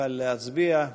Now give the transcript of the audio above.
יוכל להצביע.